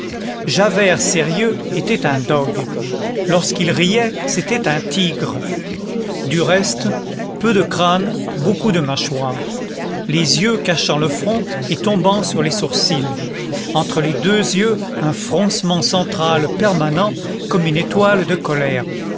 javert sérieux était un dogue lorsqu'il riait c'était un tigre du reste peu de crâne beaucoup de mâchoire les cheveux cachant le front et tombant sur les sourcils entre les deux yeux un froncement central permanent comme une étoile de colère